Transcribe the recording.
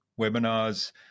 webinars